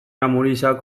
amurizak